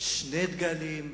שני דגלים,